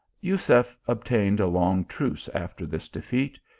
jusef obtained a long truce after this defeat,